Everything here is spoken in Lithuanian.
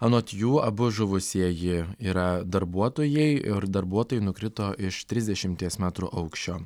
anot jų abu žuvusieji yra darbuotojai ir darbuotojai nukrito iš trisdešimties metrų aukščio